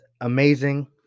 amazing